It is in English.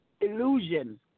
Illusion